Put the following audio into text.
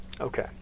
Okay